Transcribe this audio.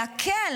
להקל,